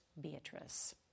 Beatrice